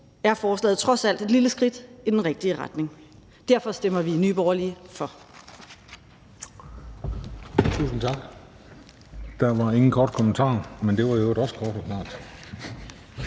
er forslaget trods alt et lille skridt i den rigtige retning. Derfor stemmer vi i Nye Borgerlige for.